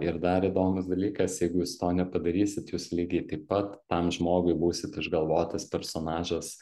ir dar įdomus dalykas jeigu jūs to nepadarysit jūs lygiai taip pat tam žmogui būsit išgalvotas personažas